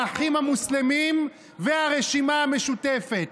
האחים המוסלמים והרשימה המשותפת.